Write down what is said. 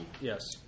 Yes